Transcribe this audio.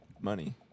money